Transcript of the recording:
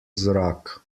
zrak